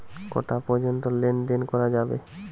কটা পর্যন্ত লেন দেন করা যাবে?